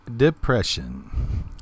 Depression